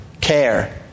care